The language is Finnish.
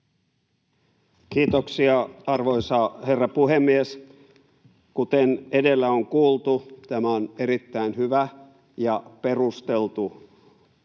Kiitoksia, arvoisa herra puhemies! Kuten edellä on kuultu, tämä on erittäin hyvä ja perusteltu